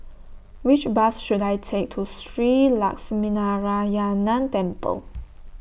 Which Bus should I Take to Shree Lakshminarayanan Temple